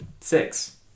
six